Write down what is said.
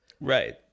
right